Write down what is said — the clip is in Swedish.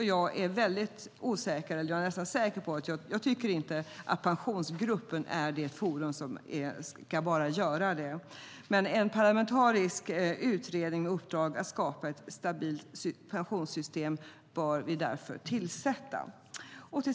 Jag tycker inte att bara Pensionsgruppen är det forum som ska göra det. Vi bör därför tillsätta en parlamentarisk utredning med uppdrag att skapa ett stabilt pensionssystem. Fru talman!